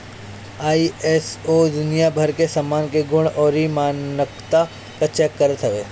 ISO दुनिया भर के सामान के गुण अउरी मानकता के चेक करत हवे